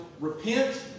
Repent